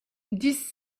dix